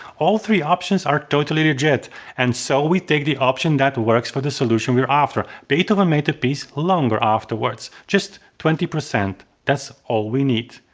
all three options are totally legit and so we take the option that works for the solution we're after beethoven made the piece longer afterwards. just twenty, that's all we need.